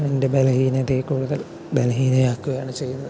എൻ്റെ ബലഹീനതയെ കൂടുതൽ ബലഹീനയാക്കുകയാണ് ചെയ്യുന്നത്